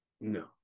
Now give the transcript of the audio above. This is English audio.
No